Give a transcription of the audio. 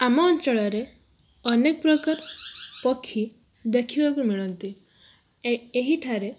ଆମ ଅଞ୍ଚଳରେ ଅନେକ ପ୍ରକାର ପକ୍ଷୀ ଦେଖିବାକୁ ମିଳନ୍ତି ଏହିଠାରେ